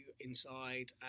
inside